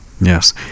yes